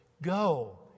go